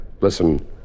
Listen